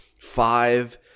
five